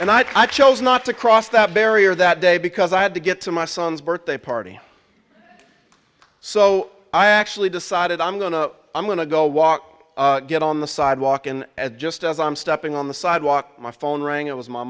and i chose not to cross that barrier that day because i had to get to my son's birthday party so i actually decided i'm going to i'm going to go walk get on the sidewalk and at just as i'm stepping on the sidewalk my phone rang it was my